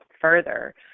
further